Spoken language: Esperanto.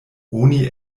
oni